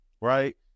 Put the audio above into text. right